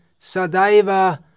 Sadaiva